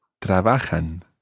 Trabajan